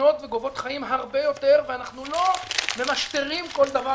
שמסכנות וגובות חיים הרבה יותר ואנחנו לא ממשטרים כל דבר,